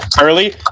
early